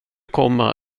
komma